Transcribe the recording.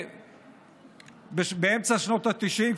באמצע שנות התשעים,